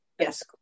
yes